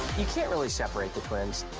you can't really separate the twins.